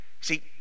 See